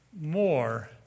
more